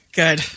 good